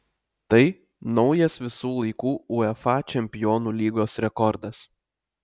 tai naujas visų laikų uefa čempionų lygos rekordas